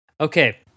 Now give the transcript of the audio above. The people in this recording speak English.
Okay